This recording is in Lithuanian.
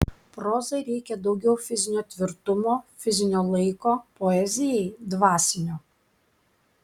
prozai reikia daugiau fizinio tvirtumo fizinio laiko poezijai dvasinio